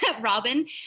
Robin